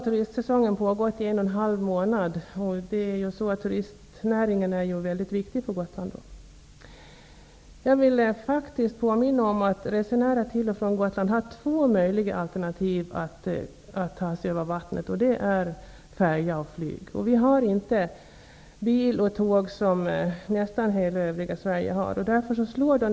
Turistsäsongen har då pågått i 1,5 månader, och turistnäringen är ju väldigt viktig för Gotland. Jag vill faktiskt påminna om att resenärer till och från Gotland har två alternativ när det gäller att ta sig över vattnet, nämligen färja och flyg. Vi har ju inte bil och tågmöjligheter, som nästan hela övriga Sverige har.